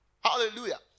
Hallelujah